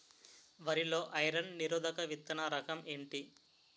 వరి లో ఐరన్ నిరోధక విత్తన రకం ఏంటి?